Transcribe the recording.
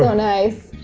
ah nice.